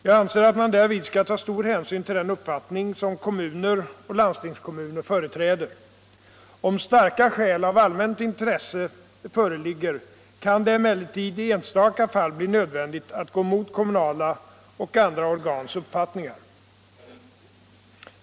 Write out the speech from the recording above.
Jag anser att man därvid skall ta stor hänsyn till den uppfattning som kommuner och landstingskommuner företräder. Om starka skäl av allmänt intresse föreligger kan det emellertid i enstaka fall bli nödvändigt att gå emot kommunala och andra organs uppfattningar.